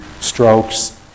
strokes